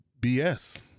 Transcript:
BS